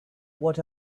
what